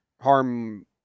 harm